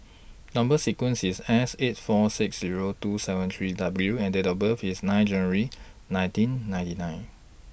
Number sequence IS S eight four six Zero two seven three W and Date of birth IS nine January nineteen ninety nine